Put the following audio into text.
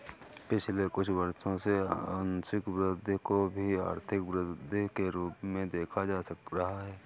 पिछले कुछ वर्षों से आंशिक वृद्धि को भी आर्थिक वृद्धि के रूप में देखा जा रहा है